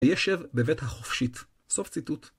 הישב בבית החופשית. סוף ציטוט.